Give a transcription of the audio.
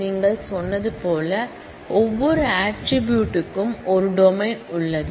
நீங்கள் சொன்னது போல இது ஒவ்வொரு ஆட்ரிபூட்க்கும் ஒரு டொமைன் உள்ளது